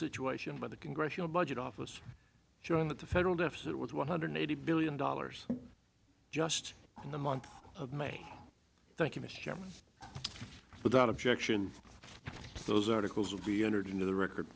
situation by the congressional budget office showing that the federal deficit was one hundred eighty billion dollars just in the month of may thank you mr chairman without objection those articles will be entered into the record